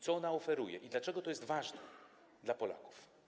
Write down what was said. Co ona oferuje i dlaczego to jest ważne dla Polaków?